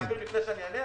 רק להבהיר לפני שאענה,